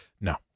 No